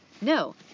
no